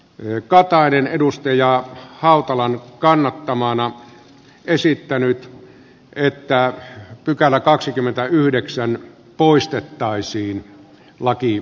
elsi katainen on lasse hautalan kannattamana ehdottanut että pykälä kaksikymmentäyhdeksän poistettaisiin laki